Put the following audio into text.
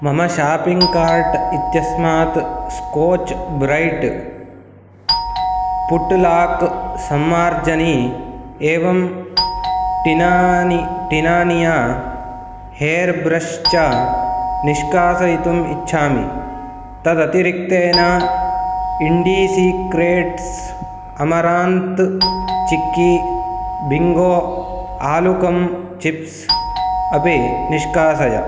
मम shopping cart इत्यस्मात् Scotch Brite foot lock सम्मार्जनी एवं टिनानि टिनानिया हेर् ब्रश् च निष्कासयितुम् इच्छामि तदतिरिक्तेन इण्डीसीक्रेट्स् अमरान्त् चिक्की बिङ्गो आलुकम् चिप्स् अपि निष्कासय